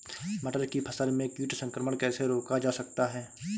मटर की फसल में कीट संक्रमण कैसे रोका जा सकता है?